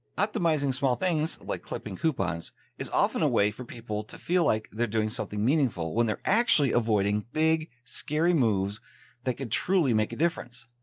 optimizing small things like clipping coupons is often a way for people to feel like they're doing something meaningful when they're actually avoiding big scary moves that could truly make a difference,